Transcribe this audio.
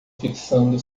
fixando